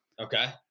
Okay